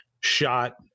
shot